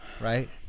right